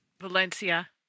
Valencia